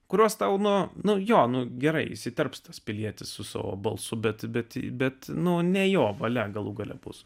kurios tau nu nu jo nu gerai įsiterps tas pilietis su savo balsu bet bet į bet nu ne jo valia galų gale bus